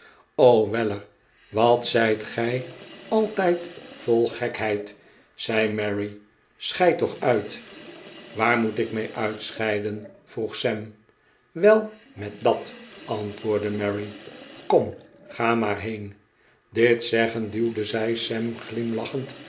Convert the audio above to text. weller wat zijt gij altijd vol gekheid zei mary scheid toch uit waar moet ik mee uitscheiden vroeg sam wei met dat antwoordde mary kom ga maar heen dit zeggend duwde zij sam glimlaehend